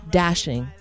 dashing